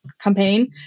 Campaign